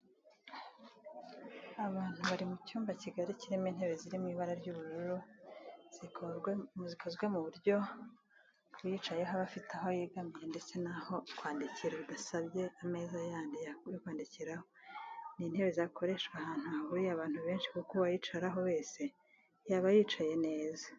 Abantu baru mu cyumba kigari kirimo intebe ziri mu ibara ry'ubururu zikozwe ku buryo uyicayeho aba afite aho yegamira ndetse n'aho kwandikira bidasabye ameza yandi yo kwandikiraho. Ni intebe zakoreshwa ahantu hahuriye abantu benshi kuko uwayicaraho wese yaba yicaye neza